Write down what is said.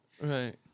Right